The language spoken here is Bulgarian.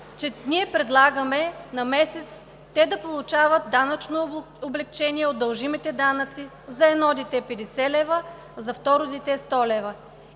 че ние предлагаме на месец да получават данъчно облекчение от дължимите данъци за едно дете – 50 лв., за второ дете – 100 лв.,